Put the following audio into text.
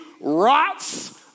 rots